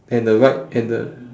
and the right and the